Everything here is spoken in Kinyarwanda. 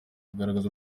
kugaragaza